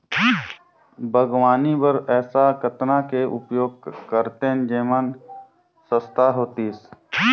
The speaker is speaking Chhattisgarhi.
बागवानी बर ऐसा कतना के उपयोग करतेन जेमन सस्ता होतीस?